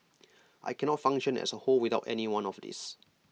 I cannot function as A whole without any one of these